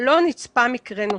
לא נצפה מקרה נוסף.